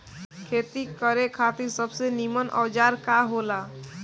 खेती करे खातिर सबसे नीमन औजार का हो ला?